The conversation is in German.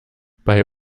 bei